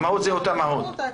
המהות היא אותה מהות.